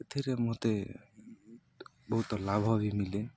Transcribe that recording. ଏଥିରେ ମୋତେ ବହୁତ ଲାଭ ବି ମିଳେ